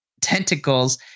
tentacles